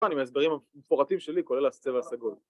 ‫אני מהסברים המפורטים שלי, ‫כולל לסצב הסגול.